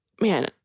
man